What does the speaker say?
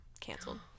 canceled